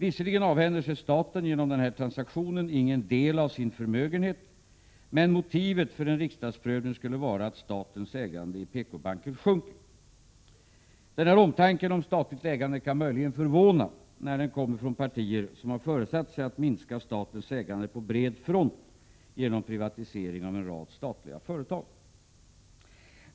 Visserligen avhänder sig inte staten genom denna transaktion någon del av sin förmögenhet, men motivet för en riksdagsprövning skulle vara att statens ägande i PKbanken minskar. Denna omtanke om statligt ägande kan möjligen förvåna, när den kommer från partier som har föresatt sig att minska statens ägande på bred front genom privatisering av en rad statliga företag.